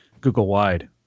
Google-wide